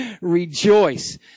rejoice